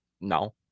No